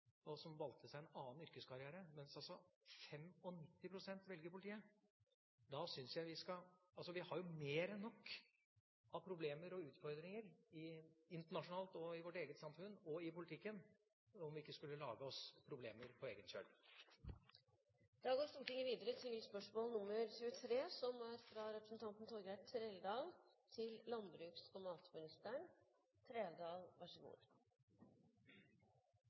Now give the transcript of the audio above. og som valgte seg en annen yrkeskarriere. Men 95 pst. velger altså politiet! Vi har mer enn nok av problemer og utfordringer internasjonalt, i vårt eget samfunn og i politikken om vi ikke også skulle lage oss problemer på egen kjøl. «Publisert på Landbruks- og matdepartementets nettside 10. mai 2011 viser Brekk til at det kastes 500 000 tonn mat til